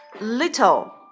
Little